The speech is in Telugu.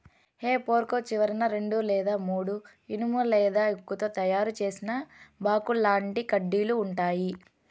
హె ఫోర్క్ చివరన రెండు లేదా మూడు ఇనుము లేదా ఉక్కుతో తయారు చేసిన బాకుల్లాంటి కడ్డీలు ఉంటాయి